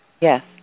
Yes